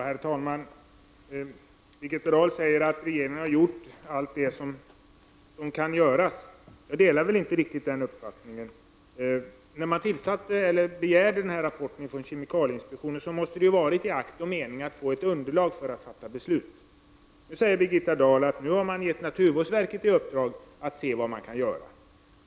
Herr talman! Birgitta Dahl säger att regeringen har gjort allt det som den kan göra. Jag delar inte riktigt den uppfattningen. När rapporten begärdes från kemikalieinspektionen måste det ha varit i akt och mening att få ett underlag för att kunna fatta beslut. Nu säger Birgitta Dahl att man har gett naturvårdsverket i uppdrag att ta reda på vad som kan göras.